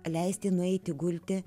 leisti nueiti gulti